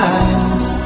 eyes